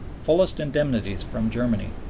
fullest indemnities from germany.